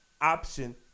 option